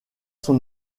son